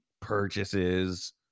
purchases